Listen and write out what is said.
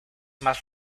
más